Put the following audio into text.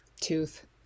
tooth